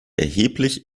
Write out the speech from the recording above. erheblich